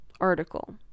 article